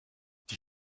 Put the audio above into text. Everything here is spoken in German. die